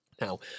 Now